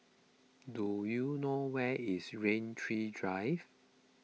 do you know where is Rain Tree Drive